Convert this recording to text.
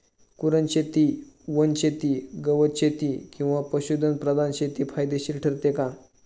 कुरणशेती, वनशेती, गवतशेती किंवा पशुधन प्रधान शेती फायदेशीर ठरते का?